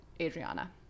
Adriana